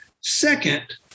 Second